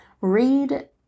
read